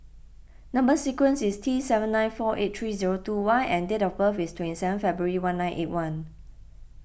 Number Sequence is T seven nine four eight three zero two Y and date of birth is twenty seven February one nine eight one